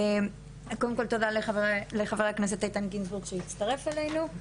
קודם כל תודה רבה לחבר הכנסת איתן גינזבורג שהצטרף אלינו.